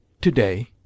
Today